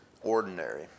Ordinary